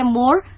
more